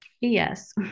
yes